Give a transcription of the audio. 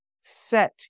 set